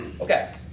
Okay